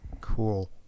Cool